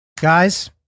guys